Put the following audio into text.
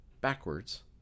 backwards